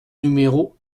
numéro